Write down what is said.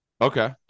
Okay